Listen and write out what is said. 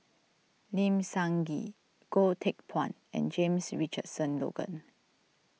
Lim Sun Gee Goh Teck Phuan and James Richardson Logan